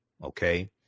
Okay